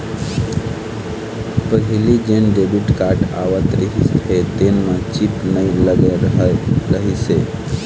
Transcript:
पहिली जेन debit card आवत रहिस हे तेन म चिप नइ लगे रहत रहिस हे